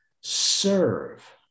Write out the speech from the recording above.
serve